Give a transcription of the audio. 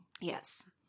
Yes